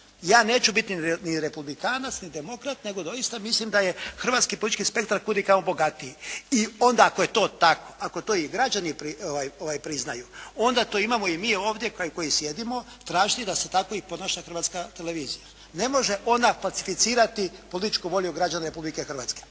Ja neću biti ni republikanac, ni demokrat nego doista mislim da je hrvatski politički spektar kudikamo bogatiji. I onda ako je to tako, ako to i građani priznaju onda to imamo i mi ovdje koji sjedimo tražiti da se tako ponaša i Hrvatska televizija. Ne može ona falsificirati političku volju građana Republike Hrvatske.